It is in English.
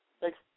Thanks